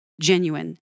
genuine